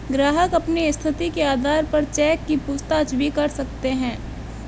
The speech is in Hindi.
ग्राहक अपनी स्थिति के आधार पर चेक की पूछताछ भी कर सकते हैं